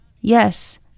Yes